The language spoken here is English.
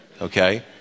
Okay